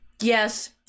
Yes